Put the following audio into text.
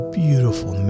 beautiful